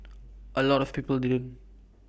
A lot of people didn't